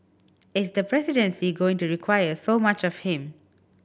is the presidency going to require so much of him